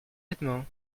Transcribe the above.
vêtements